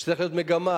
צריכה להיות מגמה: